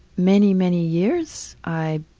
many, many years i